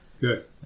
good